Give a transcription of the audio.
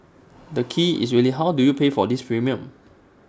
the key is really how do you pay for this premium